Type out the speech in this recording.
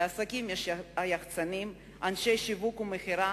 לעסקים יש יחצנים, אנשי שיווק ומכירה